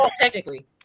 Technically